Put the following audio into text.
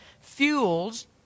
fuels